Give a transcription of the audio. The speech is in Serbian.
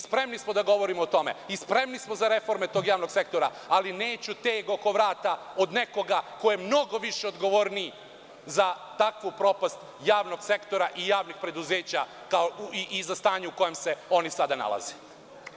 Spremni smo da govorimo o tome, spremni smo za reforme tog javnog sektora, ali neću teg oko vrata od nekoga ko je mnogo više odgovorniji za takvu propast javnog sektora i javnih preduzeća, kao i za stanje u kojem se oni sada nalaze.